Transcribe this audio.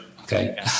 Okay